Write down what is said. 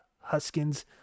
Huskins